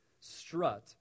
strut